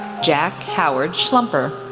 jack howard schlumper,